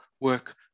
work